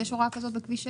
יש הוראה כזאת בכביש 6?